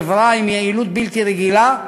חברה עם יעילות בלתי רגילה.